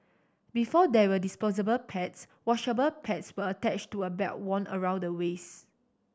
before there were disposable pads washable pads were attached to a belt worn around the waist